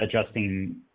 adjusting